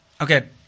Okay